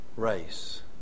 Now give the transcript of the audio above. race